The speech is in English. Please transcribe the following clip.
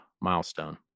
milestone